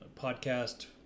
podcast